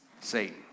Satan